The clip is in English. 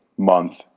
month,